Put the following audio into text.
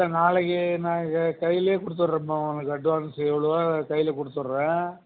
இல்லை நாளைக்கு நான் இங்கே கையிலேயே கொடுத்துட்றோம்மா உனக்கு அட்வான்ஸ் எவ்வளவோ கைலேயே கொடுத்துட்றேன்